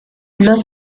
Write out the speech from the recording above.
los